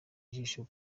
ijisho